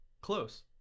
close